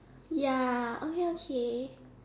ya okay okay